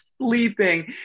sleeping